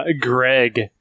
greg